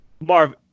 Marv